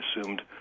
assumed